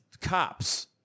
cops